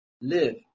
live